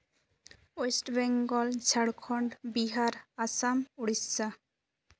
West Bengal Jharkhand Bihar Assam Odisha